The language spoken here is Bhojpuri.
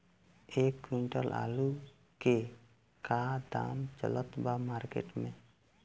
एक क्विंटल आलू के का दाम चलत बा मार्केट मे?